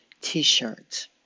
t-shirt